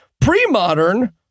pre-modern